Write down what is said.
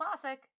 Classic